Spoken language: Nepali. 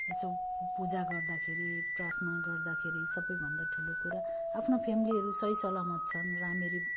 यसो पूजा गर्दाखेरि प्रार्थना गर्दाखेरि सबभन्दा ठुलो कुरा आफ्नो फ्यामिलिहरू सही सलामत छन् राम्ररी